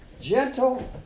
gentle